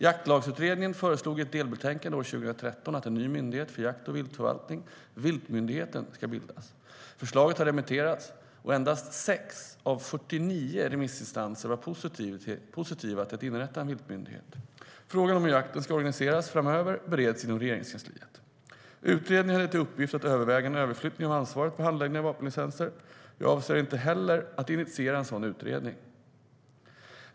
Jaktlagsutredningen föreslog i ett delbetänkande år 2013 att en ny myndighet för jakt och viltförvaltning, Viltmyndigheten, ska bildas. Förslaget har remitterats. Endast 6 av 49 remissinstanser var positiva till att inrätta en viltmyndighet. Frågan om hur jakten ska organiseras framöver bereds inom Regeringskansliet. Utredningen hade inte till uppgift att överväga en överflyttning av ansvaret för handläggningen av vapenlicenser. Jag avser inte heller att initiera en sådan utredning.